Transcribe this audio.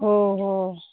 हो हो